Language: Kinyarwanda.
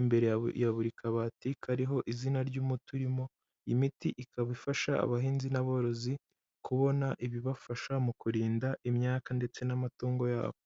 imbere ya buri kabati kariho izina ry'umuti urimo, imiti ikaba ifasha abahinzi n'aborozi, kubona ibibafasha mu kurinda imyaka ndetse n'amatungo yabo.